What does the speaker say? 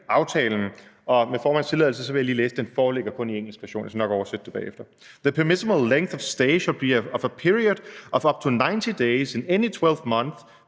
og med formandens tilladelse vil jeg lige læse op. Den foreligger kun i engelsk version; jeg skal nok oversætte det bagefter: »The permissible length of stay shall be for a period of up to ninety days in any twelve month